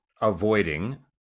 avoiding